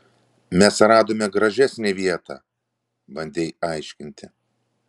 mes radome gražesnę vietą bandei aiškinti